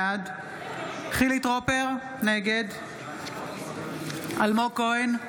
בעד חילי טרופר, נגד אלמוג כהן,